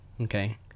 Okay